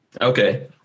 okay